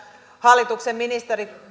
hallituksen ministerit